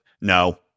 No